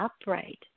upright